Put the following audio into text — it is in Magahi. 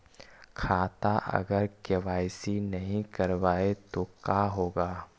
खाता अगर के.वाई.सी नही करबाए तो का होगा?